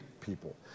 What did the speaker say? people